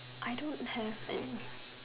I don't have it